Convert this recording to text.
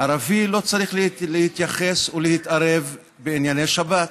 ערבי לא צריך להתייחס ולהתערב בענייני שבת,